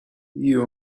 you